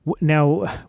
Now